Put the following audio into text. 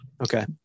Okay